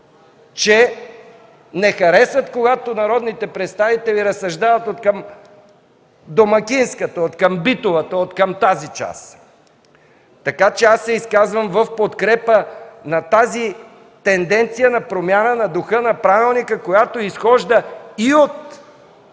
че не харесват, когато народните представители разсъждават откъм домакинската, откъм битовата, откъм тази част. Така че аз се изказвам в подкрепа на тази тенденция на промяна на духа на правилника, която изхожда и от свободния